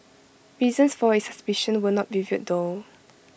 reasons for its suspicion were not revealed though